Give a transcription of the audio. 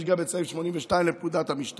יש גם את סעיף 82 לפקודת המשטרה,